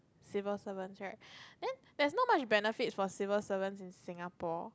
civil servants right then there's not much benefits for civil servants in Singapore